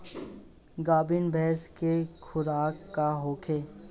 गाभिन भैंस के खुराक का होखे?